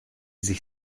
sich